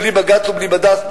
בלי בג"ץ ובלי בד"ץ,